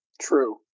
true